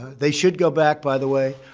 they should go back, by the way.